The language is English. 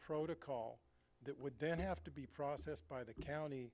protocol that would then have to be processed by the county